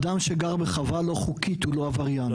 אדם שגר בחווה לא חוקית הוא לא עבריין?